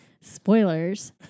Spoilers